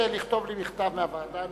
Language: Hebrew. אני מבקש לכתוב לי מכתב מהוועדה,